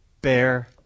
bear